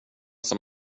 som